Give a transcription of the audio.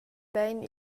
bein